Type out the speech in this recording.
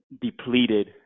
depleted